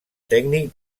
tècnic